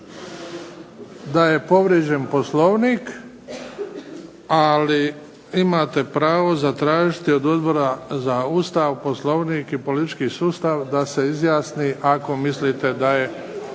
da je povrijeđen Poslovnik, ali imate pravo zatražiti od Odbora za Ustav, Poslovnik i politički sustav da se izjasni ako mislite da je